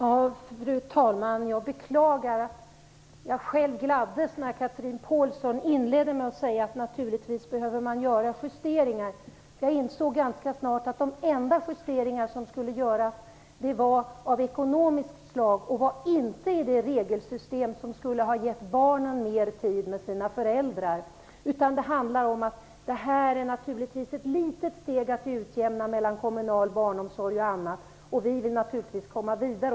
Fru talman! Jag beklagar att jag gladdes när Chatrine Pålsson inledde med att säga att justeringar naturligtvis behöver göras. Jag insåg ganska snart att de enda justeringar som skulle göras var av ekonomiskt slag. De skulle inte ske i regelsystemet, vilket skulle ha gett barnen mer tid med sina föräldrar. Det handlar om ett litet steg mot att utjämna skillnaderna mellan den kommunala barnomsorgen och annat. Man vill naturligtvis komma vidare.